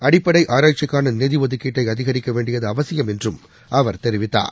அடிப்படைஆராய்ச்சிக்கானநிதிஒதுக்கீட்டைஅதிகரிக்கவேண்டியதுஅவசியம் அவர் தெரிவித்தார்